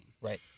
right